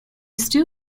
still